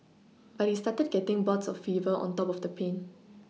but he started getting bouts of fever on top of the pain